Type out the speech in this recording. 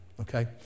okay